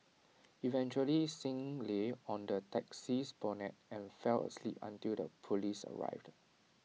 eventually Singh lay on the taxi's bonnet and fell asleep until the Police arrived